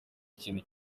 ikintu